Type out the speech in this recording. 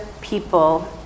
people